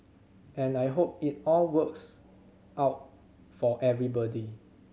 and I hope it all works out for everybody